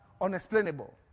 unexplainable